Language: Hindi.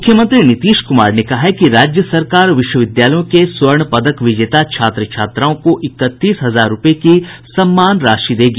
मुख्यमंत्री नीतीश कुमार ने कहा है कि राज्य सरकार विश्वविद्यालयों के स्वर्ण पदक विजेता छात्र छात्राओं को इकतीस हजार रूपये की सम्मान राशि देगी